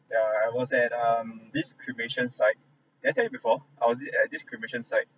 yeah I I was at um this cremation site did I tell you before I was it at this cremation site